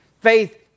faith